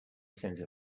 sense